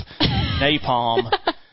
napalm